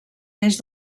més